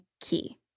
key